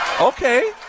Okay